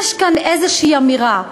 יש כאן איזו אמירה,